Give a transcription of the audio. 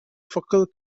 focal